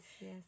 yes